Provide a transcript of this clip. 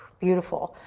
beautiful.